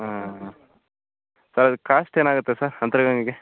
ಹ್ಞೂ ಹ್ಞೂ sir cost ಅಂತರಗಂಗೆಗೆ